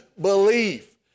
belief